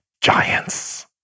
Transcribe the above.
Giants